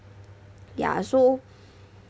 ya so